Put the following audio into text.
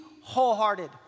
wholehearted